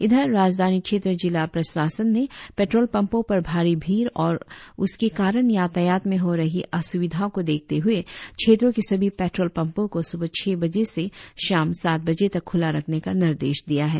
इधर राजधानी क्षेत्र जिला प्रशासन ने पेट्रोल पंपो पर भारी भीड़ और उसके कारन यातायात में हो रही असुविधा को देखते हुए क्षेत्रों के सभी पेट्रोल पंपो को सुबह छह बजे से शाम सात बजे तक खुला रखने का निर्देश दिया है